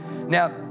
Now